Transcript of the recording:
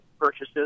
purchases